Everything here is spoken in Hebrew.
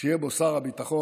שיהיה בו שר הביטחון,